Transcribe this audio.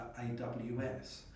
AWS